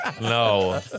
no